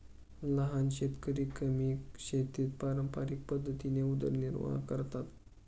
लहान शेतकरी कमी शेतात पारंपरिक पद्धतीने उदरनिर्वाह करतात